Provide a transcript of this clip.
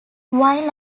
while